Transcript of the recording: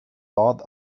thought